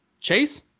Chase